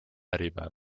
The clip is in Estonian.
äripäev